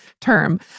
term